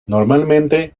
normalmente